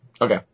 Okay